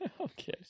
Okay